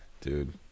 Dude